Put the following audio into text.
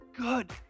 good